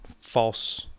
false